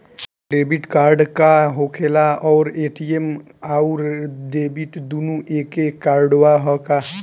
Debit card का होखेला और ए.टी.एम आउर डेबिट दुनों एके कार्डवा ह का?